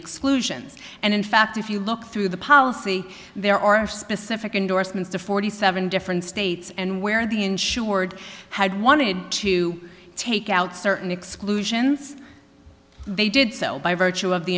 exclusions and in fact if you look through the policy there are specific indorsements to forty seven different states and where the insured had wanted to take out certain exclusions they did so by virtue of the